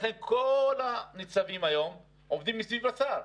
לכן כל הניצבים היום עובדים סביב השר,